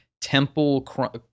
temple